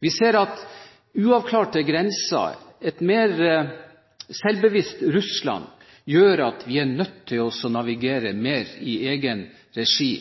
Vi ser at uavklarte grenser og et mer selvbevisst Russland gjør at vi er nødt til å navigere mer i egen regi,